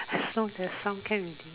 as long as there's sound can already